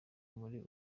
muri